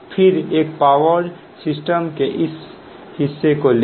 फिर एक power system के इस हिस्से को लें